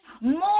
more